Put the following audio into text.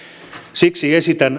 siksi esitän